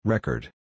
Record